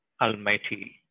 almighty